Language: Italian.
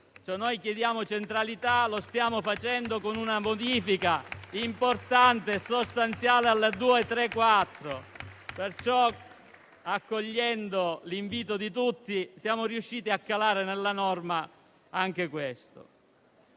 chiediamo centralità e lo stiamo facendo con una modifica importante e sostanziale alla legge n. 234 del 2012. Accogliendo l'invito di tutti, siamo riusciti a calare nella norma anche questo.